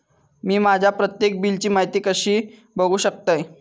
मी माझ्या प्रत्येक बिलची माहिती कशी बघू शकतय?